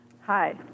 Hi